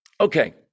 Okay